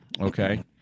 Okay